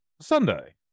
Sunday